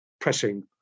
pressing